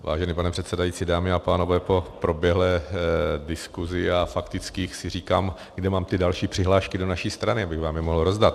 Vážený pane předsedající, dámy a pánové, po proběhlé diskuzi a faktických si říkám, kde mám ty další přihlášky do naší strany, abych vám je mohl rozdat.